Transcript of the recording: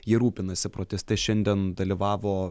jie rūpinasi proteste šiandien dalyvavo